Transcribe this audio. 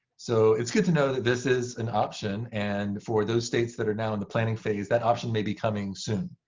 so it's good to know that this is an option. and for those states that are now in the planning phase, that option may be coming soon.